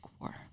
war